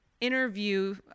interview